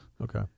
Okay